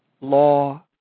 law